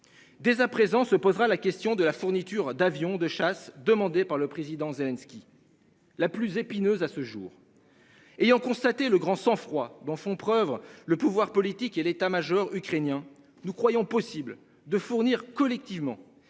Dès à présent se posera la question de la fourniture d'avions de chasse demandée par le président Zelensky. La plus épineuse. À ce jour. Ayant constaté le grand sang-froid dont font preuve le pouvoir politique et l'État-Major ukrainien. Nous croyons possible de fournir collectivement